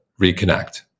reconnect